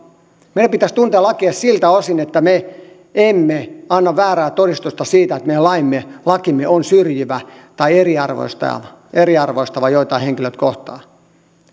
meidän pitäisi tuntea lakia siltä osin että me emme anna väärää todistusta siitä että meidän lakimme on syrjivä tai eriarvoistava eriarvoistava joitain henkilöitä kohtaan